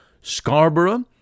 Scarborough